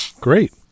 Great